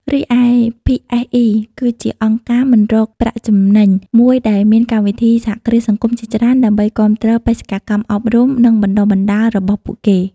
រីឯ ភី អេស អុី គឺជាអង្គការមិនរកប្រាក់ចំណេញមួយដែលមានកម្មវិធីសហគ្រាសសង្គមជាច្រើន ដើម្បីគាំទ្របេសកកម្មអប់រំ និងបណ្តុះបណ្តាលរបស់ពួកគេ ។